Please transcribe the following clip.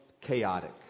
chaotic